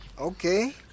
Okay